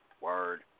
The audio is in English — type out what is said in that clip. word